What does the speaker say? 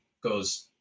goes